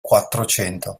quattrocento